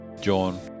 John